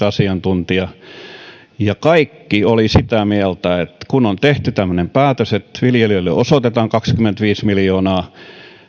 asiantuntija ympäristöministeriöstä kaikki olivat sitä mieltä että kun on tehty tämmöinen päätös että viljelijöille osoitetaan kaksikymmentäviisi miljoonaa